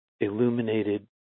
illuminated